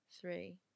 three